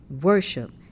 worship